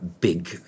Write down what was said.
big